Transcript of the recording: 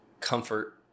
comfort